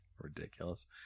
Ridiculous